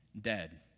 dead